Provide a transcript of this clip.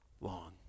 long